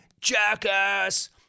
Jackass